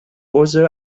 other